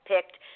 Picked